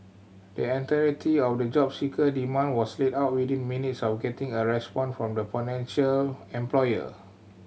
the entirety of the job seeker demand was laid out within minutes of getting a response from the potential employer